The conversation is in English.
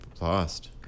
lost